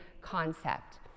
concept